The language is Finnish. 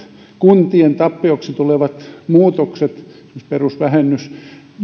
kuntien tappioksi tulevat muutokset esimerkiksi perusvähennys